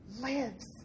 lives